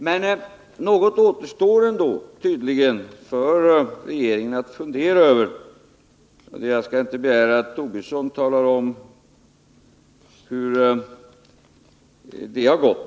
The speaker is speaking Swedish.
Men något återstår tydligen ändå att fundera över för regeringen, och jag skall inte begära att Lars Tobisson talar om hur det har gått.